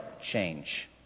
change